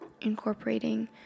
incorporating